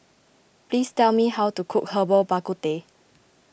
please tell me how to cook Herbal Bak Ku Teh